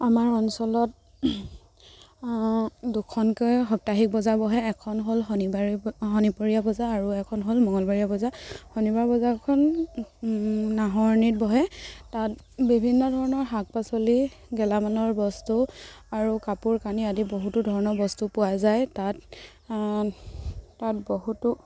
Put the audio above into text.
আমাৰ অঞ্চলত দুখনকৈ সপ্তাহিক বজাৰ বহে এখন হ'ল শনিবাৰী শনিবৰীয়া বজাৰ আৰু এখন হ'ল মঙলবৰীয়া বজাৰ শনিবৰীয়া বজাৰখন নাহৰণিত বহে তাত বিভিন্ন ধৰণৰ শাক পাচলি গেলামালৰ বস্তু আৰু কাপোৰ কানি আদি বহুতো ধৰণৰ বস্তু পোৱা যায় তাত তাত বহুতো